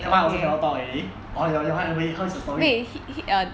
that one also cannot talk already or how is how is it the story